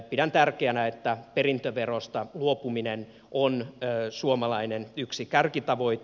pidän tärkeänä että perintöverosta luopuminen on suomalainen yksi kärkitavoite